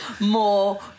more